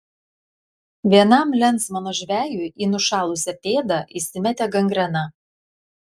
vienam lensmano žvejui į nušalusią pėdą įsimetė gangrena